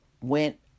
went